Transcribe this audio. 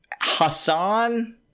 Hassan